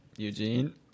Eugene